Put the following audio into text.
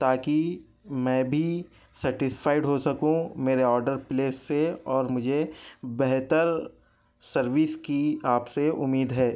تاکہ میں بھی سٹسفائیڈ ہو سکوں میرے آڈر پلیس سے اور مجھے بہتر سروس کی آپ سے اُمّید ہے